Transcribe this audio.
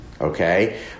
okay